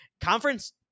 conference